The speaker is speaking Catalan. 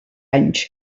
anys